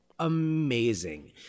Amazing